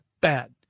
Bad